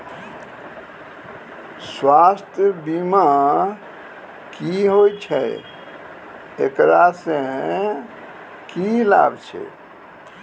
स्वास्थ्य बीमा की होय छै, एकरा से की लाभ छै?